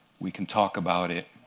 we can talk about it.